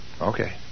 Okay